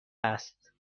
است